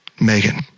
Megan